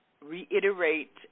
reiterate